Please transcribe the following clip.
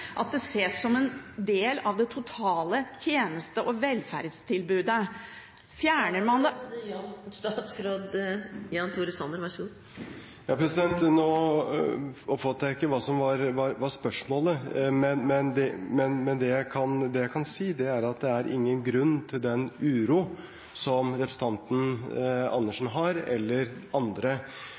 at det ses som en del av det totale tjeneste- og velferdstilbudet. Fjerner man … Nå oppfattet jeg ikke hva som var spørsmålet … Jeg kom ikke så langt, dessverre. Men det jeg kan si, er at det er ingen grunn til den uro som representanten Andersen eller andre